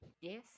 yes